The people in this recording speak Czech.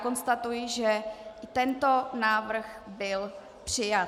Konstatuji, že tento návrh byl přijat.